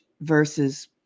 versus